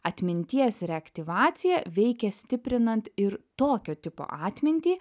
atminties reaktyvacija veikia stiprinant ir tokio tipo atmintį